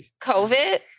COVID